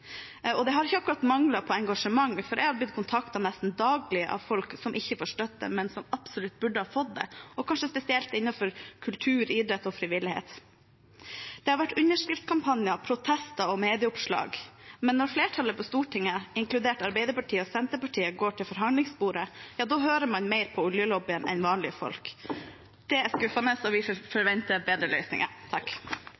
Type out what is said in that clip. Det har ikke akkurat manglet på engasjement, for jeg har blitt kontaktet nesten daglig av folk som ikke får støtte, men som absolutt burde ha fått det, kanskje spesielt innenfor kultur, idrett og frivillighet. Det har vært underskriftskampanjer, protester og medieoppslag, men når flertallet på Stortinget, inkludert Arbeiderpartiet og Senterpartiet, går til forhandlingsbordet, hører man mer på oljelobbyen enn på vanlige folk. Det er skuffende, og vi